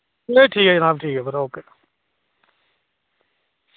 नेईं ठीक ऐ जनाब ठीक ऐ ओके